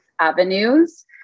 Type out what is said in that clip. avenues